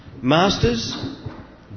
Masters